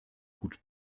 gut